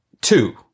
Two